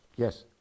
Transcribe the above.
Yes